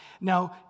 Now